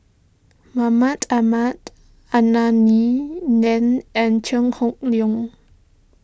Mahmud Ahmad Anthony then and Chew Hock Leong